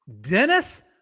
Dennis